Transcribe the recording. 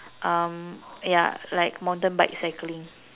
um ya like mountain bike cycling